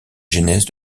genèse